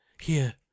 Here